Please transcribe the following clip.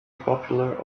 popular